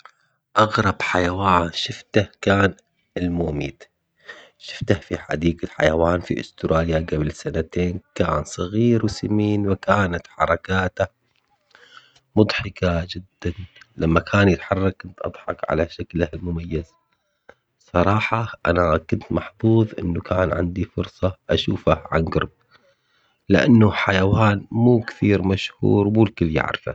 أغرب حيوان شوفته كان الموميت، شوفته في حديقة حيوان في أستراليا قبل سنتين، كان صغير وسمين وكانت حركاته مضحكة جداً لما كان يحرك كنت أضحك على شكله المميز، صراحة أنا كنت محظوظ إنه كان عندي فرصة أشوفه عن قرب لأنه حيوان مو كثير مشهور ومو الكل يعرفه.